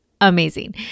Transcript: amazing